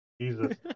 Jesus